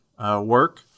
Work